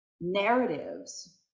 narratives